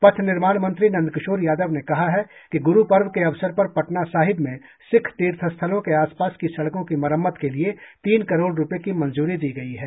पथ निर्माण मंत्री नंदकिशोर यादव ने कहा है कि गुरूपर्व के अवसर पर पटना साहिब में सिख तीर्थस्थलों के आस पास की सड़कों की मरम्मत के लिए तीन करोड़ रुपये की मंजूरी दी गई है